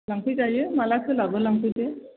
लांफै जायो माला सोलाबो लांफैदो